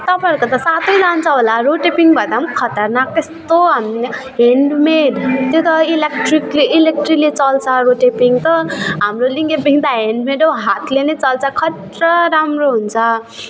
तपाईँहरूको त सातै जान्छ होला रोटेपिङभन्दा पनि खतारनाक त्यस्तो ह्यान्डमेड त्यो त इलेक्ट्रिकले इलेक्ट्रिीले चल्छ रोटेपिङ त हाम्रो लिङ्गे पिङ त ह्यान्डमेड हो हातले नै चल्छ खतरा राम्रो हुन्छ